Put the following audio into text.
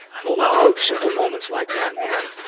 i love simple moments like that, man,